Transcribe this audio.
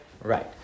Right